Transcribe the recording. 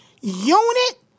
unit